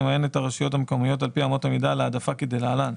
נמיין את הרשויות המקומיות על פי אמות המידה להעדפה כדלהלן: